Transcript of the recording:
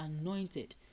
anointed